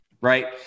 Right